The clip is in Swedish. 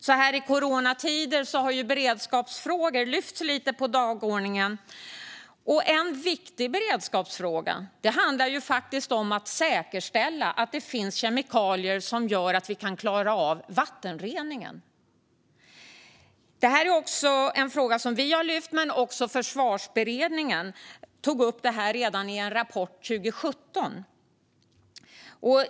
Så här i coronatider har beredskapsfrågor lyfts lite på dagordningen. En viktig beredskapsfråga handlar om att säkerställa att det finns kemikalier som gör att vi kan klara av vattenreningen. Det är en fråga som vi har lyft fram. Men också Försvarsberedningen tog upp det redan i en rapport 2017.